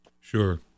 Sure